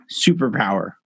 superpower